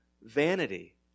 vanity